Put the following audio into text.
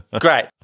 Great